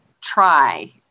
try